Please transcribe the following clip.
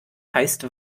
heißt